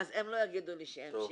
ואז הם לא יוכלו להגיד לי שאין פשיעה.